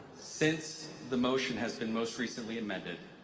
since the motion has been most recently amended,